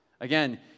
Again